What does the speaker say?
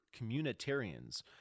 communitarians